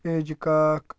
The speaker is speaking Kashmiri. ایجہٕ کاک